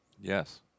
Yes